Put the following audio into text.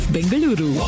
Bengaluru